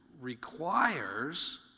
requires